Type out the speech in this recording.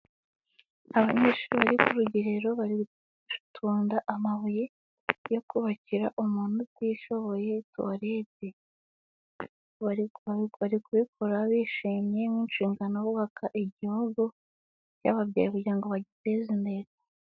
Abanyeshuri ku rugerero bari gutunda amabuye yo kubakira umuntu utishoboye tuwarete, bari kubikora bishimye nk'inshingano bubaka igihugu cyababyaye kudira ngo bagiteze imbere.